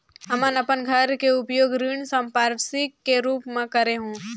हमन अपन घर के उपयोग ऋण संपार्श्विक के रूप म करे हों